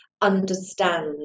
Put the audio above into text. understand